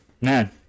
man